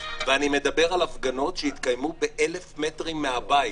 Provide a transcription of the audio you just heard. ואני מדבר על הפגנות שהתקיימו 1,000 מטרים מהבית,